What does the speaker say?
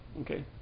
Okay